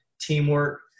teamwork